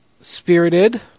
spirited